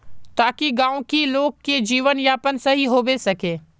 ताकि गाँव की लोग के जीवन यापन सही होबे सके?